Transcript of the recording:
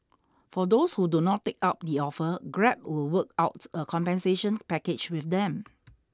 for those who do not take up the offer grab will work out a compensation package with them